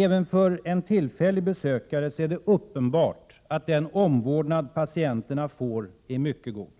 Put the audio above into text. Även för en tillfällig besökare är det uppenbart att den omvårdnad som patienterna får är mycket god.